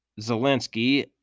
zelensky